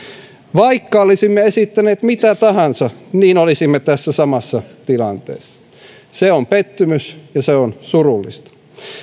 vaikka olisimme esittäneet mitä tahansa niin olisimme tässä samassa tilanteessa se on pettymys ja se on surullista